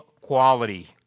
quality